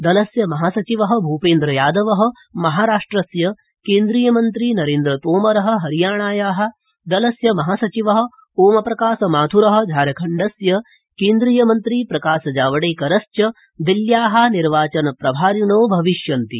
दलस्य महासचिव भूपेन्द्रयादव महाराष्ट्रस्य केन्द्रीयमन्त्री नरेन्द्रतोमर हरियाणाया दलस्य महासचिव ओमप्रकाशमाथुर झारखण्डस्य केन्द्रीयमन्त्री प्रकाश जावडेकरश्च दिल्ल्या निर्वाचन प्रभारिणो भविष्यन्ति